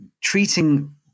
treating